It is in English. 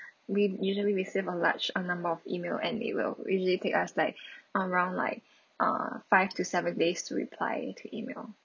we usually receive a large a number of email and it will usually take us like around like uh five to seven days to reply to emails